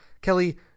Kelly